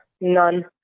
none